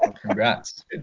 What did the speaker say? congrats